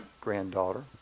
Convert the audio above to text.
granddaughter